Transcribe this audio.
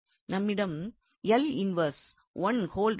நம்மிடம் இன்வெர்ஸ் உடன் மூன்று உள்ளது